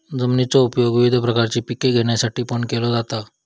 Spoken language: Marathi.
जमिनीचो उपयोग विविध प्रकारची पिके घेण्यासाठीपण केलो जाता